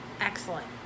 Excellent